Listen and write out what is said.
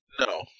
no